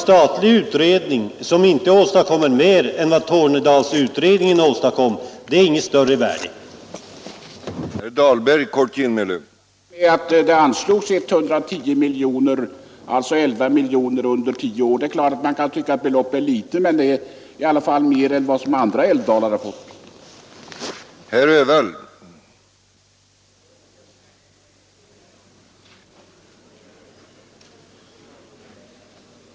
Att ha en statlig utredning som inte åstadkommer mer än vad Tornedalsutredningen gjort är det väl inget större värde med!